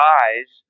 eyes